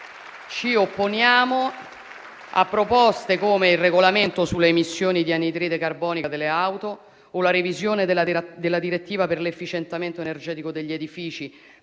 ci opponiamo a proposte come il regolamento sulle emissioni di anidride carbonica delle auto o la revisione della direttiva per l'efficientamento energetico degli edifici,